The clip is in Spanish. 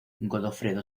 godofredo